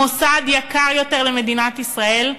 המוסד יקר יותר למדינת ישראל,